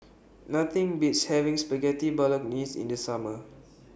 Nothing Beats having Spaghetti Bolognese in The Summer